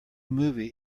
movie